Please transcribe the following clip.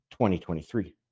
2023